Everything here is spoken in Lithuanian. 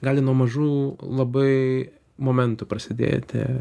gali nuo mažų labai momentų prasidėti